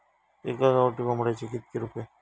एका गावठी कोंबड्याचे कितके रुपये?